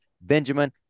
Benjamin